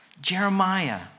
Jeremiah